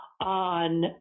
on